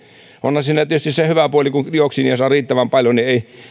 onhan siinä tietysti se hyvä puoli että kun dioksiinia saa riittävän paljon ei